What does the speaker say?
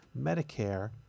Medicare